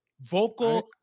vocal